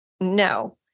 No